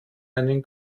einen